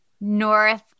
North